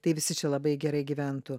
tai visi čia labai gerai gyventų